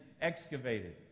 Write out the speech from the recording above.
excavated